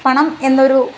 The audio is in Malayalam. പണം എന്നൊരു